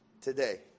today